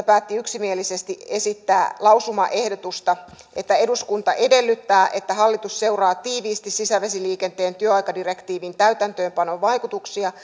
päätti yksimielisesti esittää lausumaehdotusta eduskunta edellyttää että hallitus seuraa tiiviisti sisävesiliikenteen työaikadirektiivin täytäntöönpanon vaikutuksia